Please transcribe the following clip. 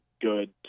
good